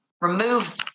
remove